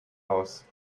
aus